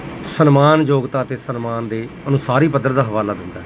ਸਨਮਾਨ ਯੋਗਤਾ ਅਤੇ ਸਨਮਾਨ ਦੇ ਅਨੁਸਾਰ ਹੀ ਪੱਧਰ ਦਾ ਹਵਾਲਾ ਦਿੰਦਾ ਹੈ